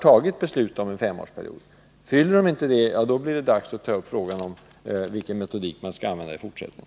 Följer kommunerna inte beslutet, blir det dags att ta upp frågan om vilken metodik som skall användas i fortsättningen.